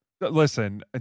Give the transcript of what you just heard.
Listen